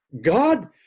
God